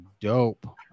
dope